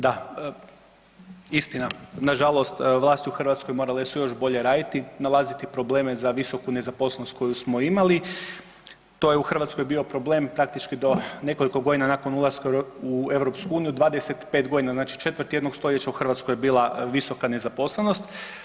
Da, istina, nažalost vlasti u Hrvatskoj morale su još bolje raditi, nalaziti probleme za visku nezaposlenost koju smo imali, to je u Hrvatskoj bio problem praktički do nekoliko godina nakon ulaska u EU-u, 25 g. znači, četvrt jednog stoljeća u Hrvatskoj je bila visoka nezaposlenost.